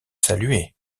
saluée